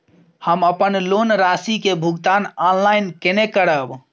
हम अपन लोन राशि के भुगतान ऑनलाइन केने करब?